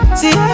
see